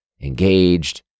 engaged